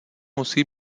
musí